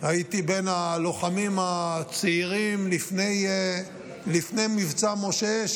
הייתי בין הלוחמים הצעירים, לפני מבצע משה,